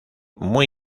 muy